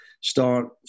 start